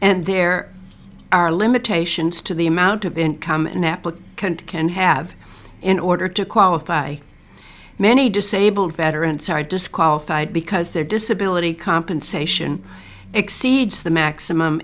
and there are limitations to the amount of income an applicant can have in order to qualify many disabled veterans are disqualified because their disability compensation exceeds the maximum